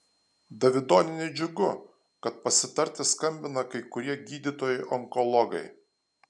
davidonienei džiugu kad pasitarti skambina kai kurie gydytojai onkologai